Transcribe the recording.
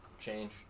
change